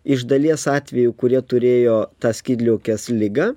iš dalies atvejų kurie turėjo tą skydliaukės ligą